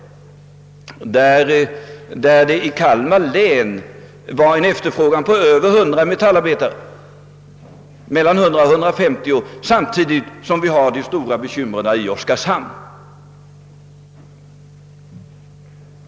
Se t.ex. på Kalmar län, där man hade en efterfrågan på mellan 100 och 150 metallarbetare vid samma tidpunkt som man hade de stora bekymren i Oskarshamn.